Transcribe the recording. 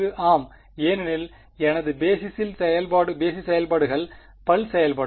ஆம் ஏனெனில் எனது பேஸிஸ் செயல்பாடுகள் பல்ஸ் செயல்பாடுகள்